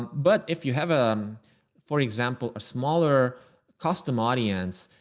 but if you have, um for example, a smaller customer audience,